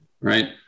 right